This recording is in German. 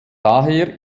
daher